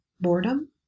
boredom